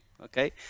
okay